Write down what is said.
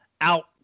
out